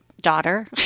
daughter